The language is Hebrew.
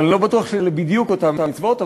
אבל אני לא בטוח שבדיוק אותן מצוות,